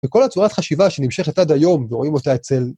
וכל הצורת חשיבה שנמשכת עד היום ורואים אותה אצל...